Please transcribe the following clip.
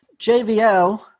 JVL